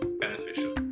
beneficial